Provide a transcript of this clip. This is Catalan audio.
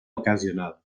ocasional